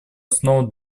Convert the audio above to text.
основу